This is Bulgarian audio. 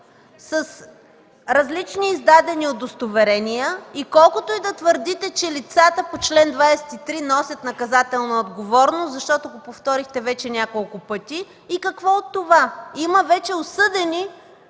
с различни издадени удостоверения. Колкото и да твърдите, че лицата по чл. 23 носят наказателна отговорност, защото го повторихте вече няколко пъти, и какво от това? Има вече осъдени